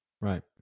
Right